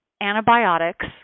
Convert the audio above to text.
antibiotics